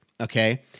Okay